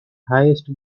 highest